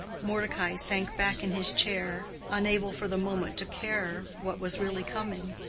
mordecai sank back in his chair, unable for the moment to care what was really coming.